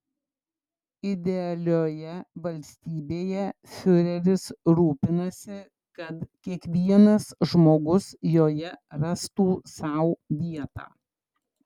idealioje valstybėje fiureris rūpinasi kad kiekvienas žmogus joje rastų sau vietą